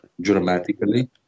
dramatically